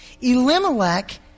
Elimelech